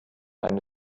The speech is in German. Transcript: eine